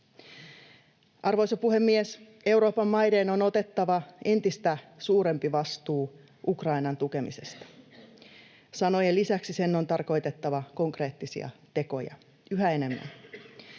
Arvoisa puhemies! Euroopan maiden on otettava entistä suurempi vastuu Ukrainan tukemisesta. Sanojen lisäksi sen on tarkoitettava yhä enemmän